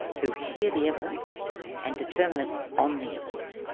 who hear the evidence and determine it on the evidence.